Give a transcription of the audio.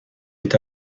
est